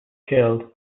killed